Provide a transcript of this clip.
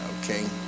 okay